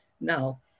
now